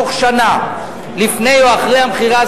בתוך שנה לפני או אחרי המכירה,